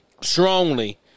strongly